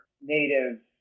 native